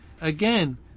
again